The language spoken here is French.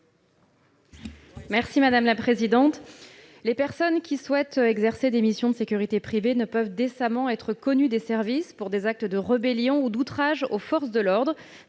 Borchio Fontimp. Les personnes qui souhaitent exercer des missions de sécurité privée ne peuvent décemment être connues des services pour des actes de rébellion ou d'outrage aux forces de l'ordre.